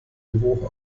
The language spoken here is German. niveau